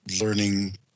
learning